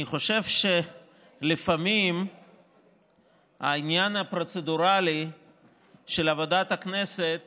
אני חושב שלפעמים העניין הפרוצדורלי של עבודת הכנסת